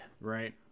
right